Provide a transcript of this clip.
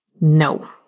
no